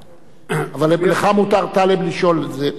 אבל לך מותר לשאול, טלב.